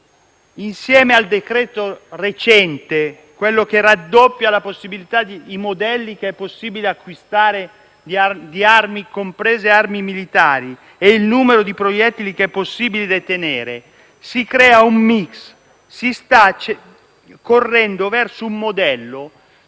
Insieme al decreto recente, quello che raddoppia i modelli di armi che è possibile acquistare, comprese le armi militari, e il numero di proiettili che è possibile detenere, si crea un *mix*: si sta correndo verso un modello